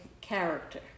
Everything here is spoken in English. character